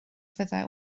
fyddai